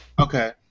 Okay